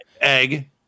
Egg